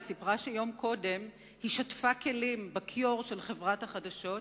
היא סיפרה שיום קודם היא שטפה כלים בכיור של חברת החדשות,